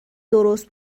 درست